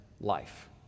life